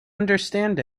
understand